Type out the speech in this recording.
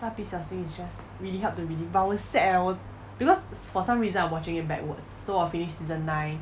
蜡笔小新 is just really help to rele~ but 我很 sad leh 我 because for some reason I'm watching it backwards so 我 finish season nine